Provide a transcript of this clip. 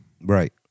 Right